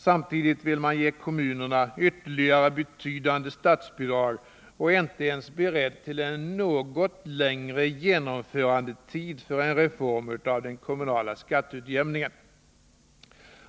Samtidigt vill man ge kommunerna ytterligare betydande statsbidrag och är inte ens beredd till en något längre genomförandetid för reformen av den kommunala skatteutjämningen.